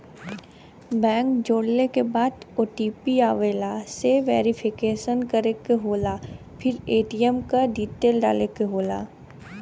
bank जोड़ले के बाद ओ.टी.पी आवेला से वेरिफिकेशन करे क होला फिर ए.टी.एम क डिटेल डाले क होला